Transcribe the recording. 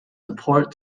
support